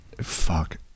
fuck